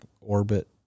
orbit